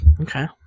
Okay